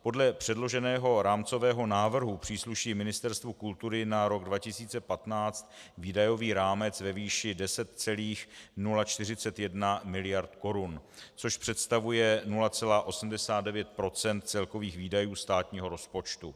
Podle předloženého rámcového návrhu přísluší Ministerstvu kultury na rok 2015 výdajový rámec ve výši 10,041 mld. korun, což představuje 0,89 % celkových výdajů státního rozpočtu.